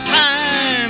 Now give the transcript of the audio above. time